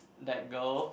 that girl